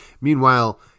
Meanwhile